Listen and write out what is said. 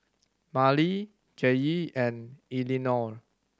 Merle Jaye and Elinore